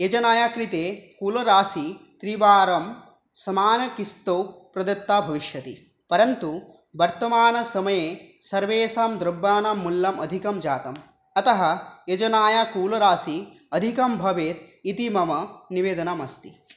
योजनायाः कृते कूलराशिः त्रिवारं समानकिस्तौ प्रदत्ता भविष्यति परन्तु वर्तमानसमये सर्वेषां द्रव्याणां मूल्यम् अधिकं जातम् अतः योजनायाः कूलराशिः अधिकं भवेत् इति मम निवेदनम् अस्ति